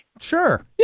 Sure